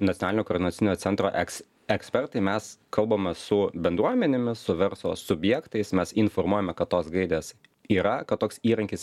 nacionalinio koordinacinio centro eks ekspertai mes kalbama su bendruomenėmis su verslo subjektais mes informuojame kad tos gairės yra kad toks įrankis